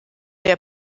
der